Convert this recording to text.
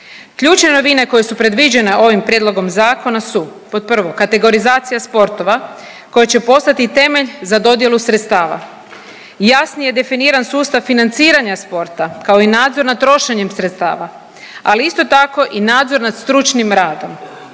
Ključne novine koje su predviđene ovim prijedlogom zakona su, pod prvo kategorizacija sportova koji će postati temelj za dodjelu sredstava, jasnije definiran sustav financiranja sporta kao i nadzor nad trošenjem sredstava, ali isto tako i nadzor nad stručnim radom